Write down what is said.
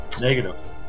Negative